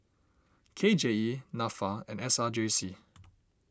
K J E Nafa and S R J C